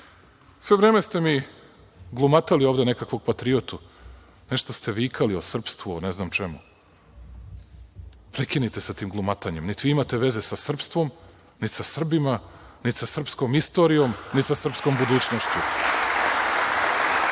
vreme ste mi glumatali ovde nekakvog patriotu, nešto ste vikali o srpstvu, o ne znam čemu. Prekinite sa tim glumatanjem. Niti vi imate veze sa srpstvom, niti sa Srbima, niti sa srpskom istorijom, niti sa srpskom budućnošću.